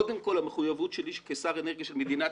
קודם כל המחויבות שלי כשר אנרגיה של מדינת